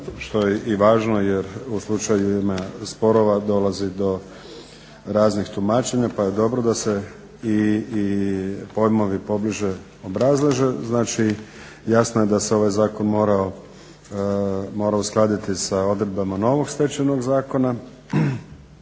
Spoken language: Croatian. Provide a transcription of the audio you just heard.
što je i važno jer u slučaju sporova dolazi do raznih tumačenja pa je dobro da se i pojmovi pobliže obrazlože. Znači, jasno je da se ovaj zakon morao uskladiti sa odredbama novog Stečajnog zakona.